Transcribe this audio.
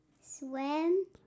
Swim